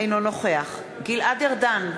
אינו נוכח גלעד ארדן,